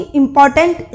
important